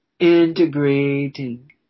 Integrating